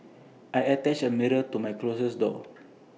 I attached A mirror to my closet door